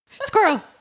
Squirrel